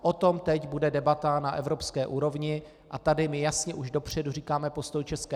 O tom teď bude debata na evropské úrovni a tady my jasně už dopředu říkáme postoj ČR.